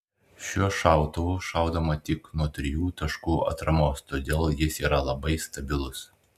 šiuo šautuvu šaudoma tik nuo trijų taškų atramos todėl jis yra labai stabilus